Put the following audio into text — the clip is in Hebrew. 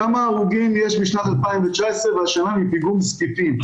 כמה הרוגים יש בשנת 2019 והשנה מפיגום זקפים,